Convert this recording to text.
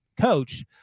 coach